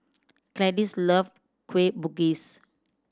Clytie love Kueh Bugis